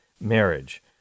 Marriage